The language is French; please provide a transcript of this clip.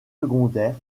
secondaires